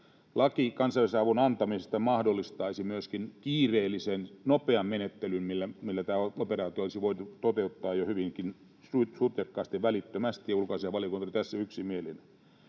Laki kansainvälisen avun antamisesta mahdollistaisi myöskin kiireellisen, nopean menettelyn, millä tämä operaatio olisi voitu toteuttaa jo hyvinkin sutjakkaasti, välittömästi. Ulkoasiainvaliokunta on tässä yksimielinen.